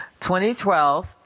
2012